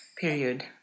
period